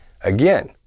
Again